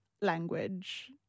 language